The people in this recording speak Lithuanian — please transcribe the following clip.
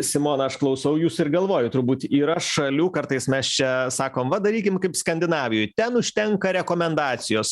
simona aš klausau jūsų ir galvoju turbūt yra šalių kartais mes čia sakom va darykim kaip skandinavijoj ten užtenka rekomendacijos